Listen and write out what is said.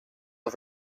are